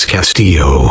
Castillo